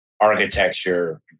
architecture